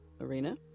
arena